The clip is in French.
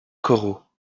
corot